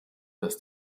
dass